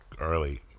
early